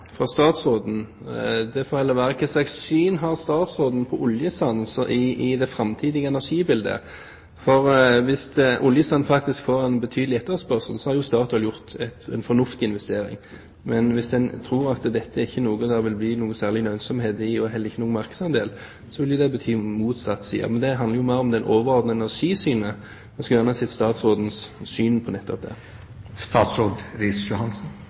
statsråden, det får heller være. Hva slags syn har statsråden på oljesand i det framtidige energibildet? Hvis oljesand faktisk får en betydelig etterspørsel, så har Statoil gjort en fornuftig investering, men hvis en tror at dette ikke er noe det vil bli noe særlig lønnsomhet i og heller ingen markedsandel, så ville det bety det motsatte. Det handler mer om det overordnede energisynet. Jeg skulle gjerne ha hørt statsrådens syn på nettopp det.